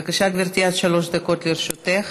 בבקשה, גברתי, עד שלוש דקות לרשותך.